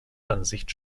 ansicht